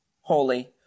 holy